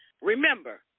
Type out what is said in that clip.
Remember